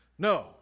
No